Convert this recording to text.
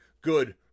good